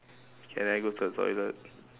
can I go to the toilet